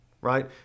right